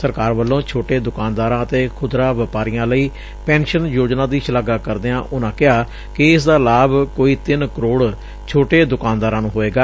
ਸਰਕਾਰ ਵੱਲੋਂ ਛੋਟੇ ਦੁਕਾਨਦਾਰਾਂ ਅਤੇ ਖੁਦਰਾ ਵਪਾਰੀਆਂ ਲਈ ਪੈਨਸ਼ਨ ਯੋਜਨਾ ਦੀ ਸੁਲਾਘਾ ਕਰਦਿਆਂ ਉਨੂਾਂ ਕਿਹੈ ਕਿ ਇਸ ਦਾ ਲਾਭ ਕੋਈ ਤਿੰਨ ਕਰੋੜ ਛੋਟੇ ਦੁਕਾਨਦਾਰਾਂ ਨੂੰ ਹੋਏਗਾ